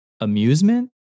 amusement